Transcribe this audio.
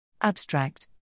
Abstract